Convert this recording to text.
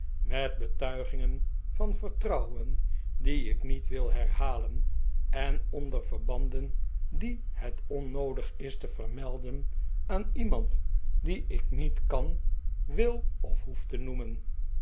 met betuigingen van vertrouweri die ik niet wil herhalen en onder verbanden die het onnoodig is te vermelden aan iemand dien ik niet kan wil of hoef te noemen